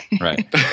Right